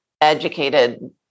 educated